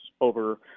over